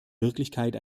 wirklichkeit